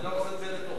זה לא עושה את זה לטוב.